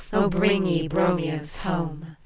oh, bring ye bromios home.